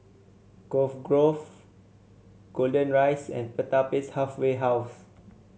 Cove Grove Golden Rise and Pertapis Halfway House